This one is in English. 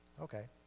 Okay